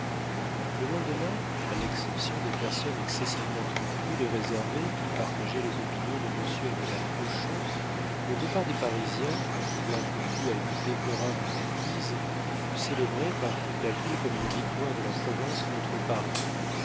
le lendemain à l'exception des personnes excessivement tranquilles et réservées qui partageaient les opinions de monsieur et madame hochon le départ des parisiens quoique dû à une déplorable méprise fut célébré par toute la ville comme une victoire de la province contre paris